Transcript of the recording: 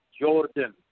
Jordan